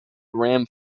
graham